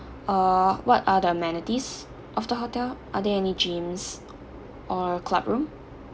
uh what are the amenities of the hotel are there any gyms or club room